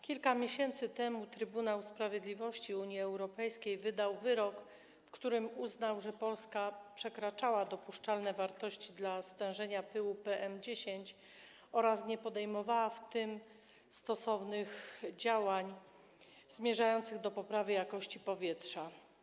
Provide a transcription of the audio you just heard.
Kilka miesięcy temu Trybunał Sprawiedliwości Unii Europejskiej wydał wyrok, w którym uznał, że Polska przekraczała dopuszczalne wartości dla stężenia pyłu PM10 oraz nie podejmowała w tym zakresie stosownych działań zmierzających do poprawy jakości powietrza.